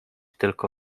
tylko